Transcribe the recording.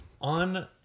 on